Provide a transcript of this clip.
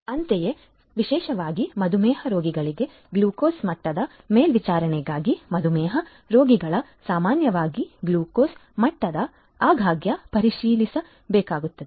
ಅಂತೆಯೇ ವಿಶೇಷವಾಗಿ ಮಧುಮೇಹ ರೋಗಿಗಳಿಗೆ ಗ್ಲೂಕೋಸ್ ಮಟ್ಟದ ಮೇಲ್ವಿಚಾರಣೆಗಾಗಿ ಮಧುಮೇಹ ರೋಗಿಗಳು ಸಾಮಾನ್ಯವಾಗಿ ಗ್ಲೂಕೋಸ್ ಮಟ್ಟವನ್ನು ಆಗಾಗ್ಗೆ ಪರಿಶೀಲಿಸಬೇಕಾಗುತ್ತದೆ